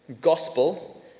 gospel